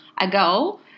ago